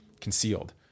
concealed